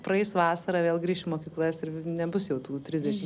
praeis vasara vėl grįš į mokyklas ir nebus jau tų trisdešim